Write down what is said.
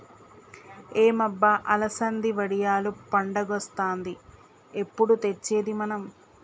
ఏం అబ్బ అలసంది వడియాలు పండగొస్తాంది ఎప్పుడు తెచ్చేది మనం